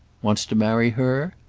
wants to marry her?